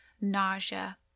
nausea